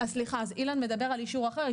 אילן מדבר על אישור אחר,